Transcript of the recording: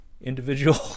individual